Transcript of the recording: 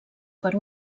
per